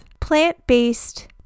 plant-based